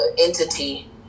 entity